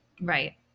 Right